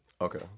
Okay